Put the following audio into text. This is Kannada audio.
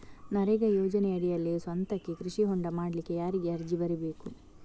ನರೇಗಾ ಯೋಜನೆಯಡಿಯಲ್ಲಿ ಸ್ವಂತಕ್ಕೆ ಕೃಷಿ ಹೊಂಡ ಮಾಡ್ಲಿಕ್ಕೆ ಯಾರಿಗೆ ಅರ್ಜಿ ಬರಿಬೇಕು?